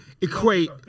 equate